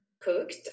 cooked